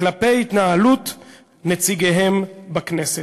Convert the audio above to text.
כלפי התנהלות נציגיהם בכנסת.